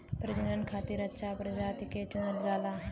प्रजनन खातिर अच्छा प्रजाति के चुनल जाला